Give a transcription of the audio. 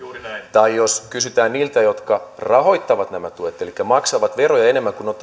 tai jos kysytään niiltä jotka rahoittavat nämä tuet elikkä maksavat veroja enemmän kuin